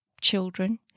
children